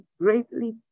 greatly